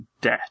DEBT